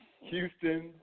Houston